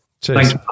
Cheers